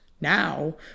now